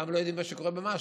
גם לא יודעים מה שקורה במשהד.